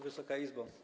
Wysoka Izbo!